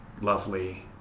lovely